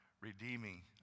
redeeming